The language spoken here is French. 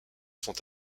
sont